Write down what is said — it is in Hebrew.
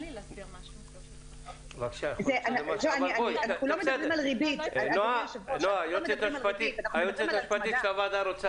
אנחנו לא מדברים על ריבית, אנחנו מדברים על הצמדה.